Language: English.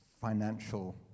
financial